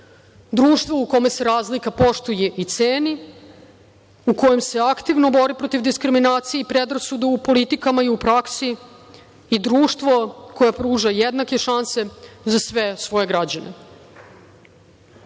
društvo u kome se razlika poštuje i ceni, u kojem se aktivno bori protiv diskriminacije i predrasuda u politikama i u praksi i društvo koje pruža jednake šanse za sve svoje